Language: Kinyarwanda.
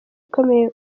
ikomeye